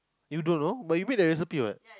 you don't know but you make the recipe what